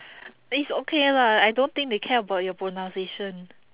it's okay lah I don't think they care about your pronunciation